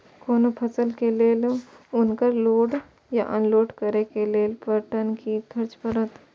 कोनो फसल के लेल उनकर लोड या अनलोड करे के लेल पर टन कि खर्च परत?